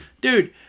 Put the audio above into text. dude